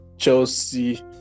Chelsea